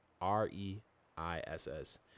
r-e-i-s-s